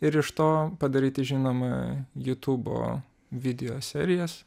ir iš to padaryti žinoma jutubo video serijas